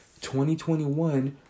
2021